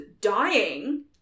dying